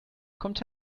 kommt